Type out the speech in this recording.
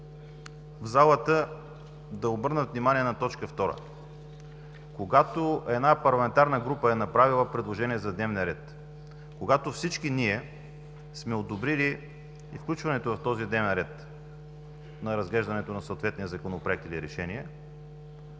в залата да обърнат внимание на т. 2. Когато една парламентарна група е направила предложение за дневния ред, когато всички ние сме одобрили включването в този дневен ред на разглеждането на съответния законопроект или решение